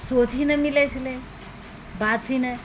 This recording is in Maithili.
सोच ही नहि मिलै छलय बात ही नहि